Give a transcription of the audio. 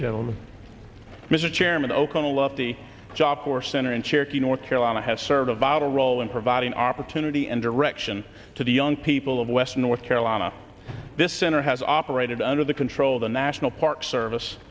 gentlemen mr chairman o'connell of the shop floor center in cherokee north carolina has served a vital role in providing opportunity and direction to the young people of western north carolina this center has operated under the control of the national park service